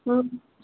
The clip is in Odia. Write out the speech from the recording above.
ହଁ